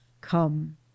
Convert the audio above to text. come